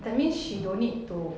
that means she don't need to